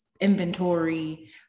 inventory